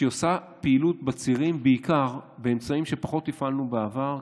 שעושה פעילות בצירים בעיקר באמצעים שפחות הפעלנו בעבר,